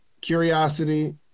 curiosity